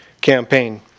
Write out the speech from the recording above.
campaign